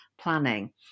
planning